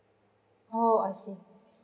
oh I see